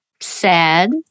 sad